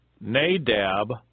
Nadab